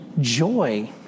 joy